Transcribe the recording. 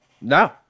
No